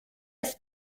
ist